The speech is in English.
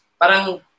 parang